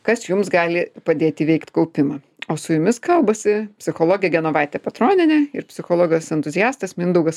kas jums gali padėt įveikt kaupimą o su jumis kalbasi psichologė genovaitė petronienė ir psichologas entuziastas mindaugas